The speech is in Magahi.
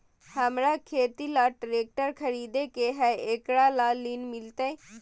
हमरा के खेती ला ट्रैक्टर खरीदे के हई, एकरा ला ऋण मिलतई?